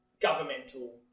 governmental